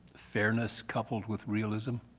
fairness coupled with realism?